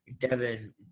Devin